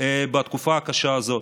בתקופה הקשה הזאת.